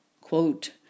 quote